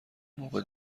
موقع